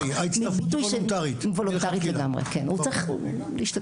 מפת העדיפות הלאומית והסוציו אקונומי הוא אחד מהם.